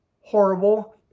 horrible